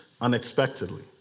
unexpectedly